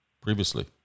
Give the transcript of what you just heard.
previously